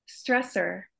stressor